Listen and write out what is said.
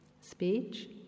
speech